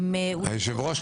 היושב-ראש,